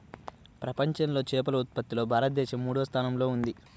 ప్రపంచంలో చేపల ఉత్పత్తిలో భారతదేశం మూడవ స్థానంలో ఉంది